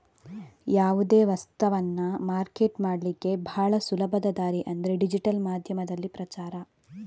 ಯಾವುದೇ ವಸ್ತವನ್ನ ಮಾರ್ಕೆಟ್ ಮಾಡ್ಲಿಕ್ಕೆ ಭಾಳ ಸುಲಭದ ದಾರಿ ಅಂದ್ರೆ ಡಿಜಿಟಲ್ ಮಾಧ್ಯಮದಲ್ಲಿ ಪ್ರಚಾರ